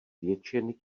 většiny